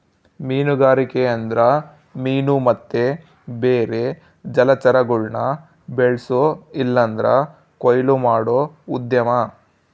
ಮೀನುಗಾರಿಕೆ ಅಂದ್ರ ಮೀನು ಮತ್ತೆ ಬೇರೆ ಜಲಚರಗುಳ್ನ ಬೆಳ್ಸೋ ಇಲ್ಲಂದ್ರ ಕೊಯ್ಲು ಮಾಡೋ ಉದ್ಯಮ